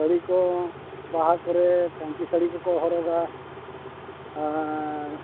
ᱥᱟᱹᱲᱤ ᱠᱚ ᱵᱟᱦᱟ ᱠᱚᱨᱮ ᱯᱟᱹᱧᱪᱤ ᱥᱟᱹᱲᱤ ᱠᱚᱠᱚ ᱦᱚᱨᱚᱜᱟ ᱟᱨ